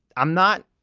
i'm not.